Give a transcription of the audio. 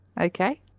Okay